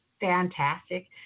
fantastic